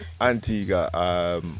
Antigua